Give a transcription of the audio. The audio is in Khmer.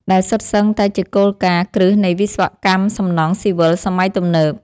ដែលសុទ្ធសឹងតែជាគោលការណ៍គ្រឹះនៃវិស្វកម្មសំណង់ស៊ីវិលសម័យទំនើប។